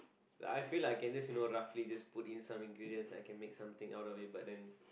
I feel like I can just you know roughly just put in some ingredients I can make something out of it but then